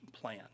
plan